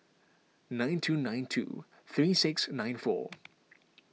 nine two nine two three six nine four